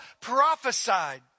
prophesied